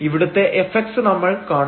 ഇവിടുത്തെ fx നമ്മൾ കാണും